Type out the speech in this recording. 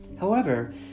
However